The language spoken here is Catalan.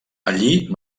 allí